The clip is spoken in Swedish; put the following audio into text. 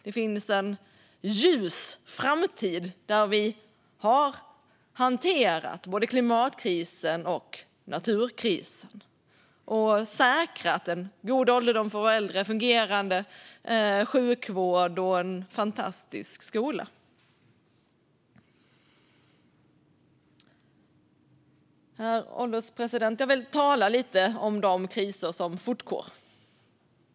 Det finns en ljus framtid där vi har hanterat klimatkrisen och naturkrisen och säkrat en god ålderdom för våra äldre, fungerande sjukvård och en fantastisk skola. Herr ålderspresident! Jag vill tala lite om de kriser som fortgår.